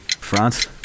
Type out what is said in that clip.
France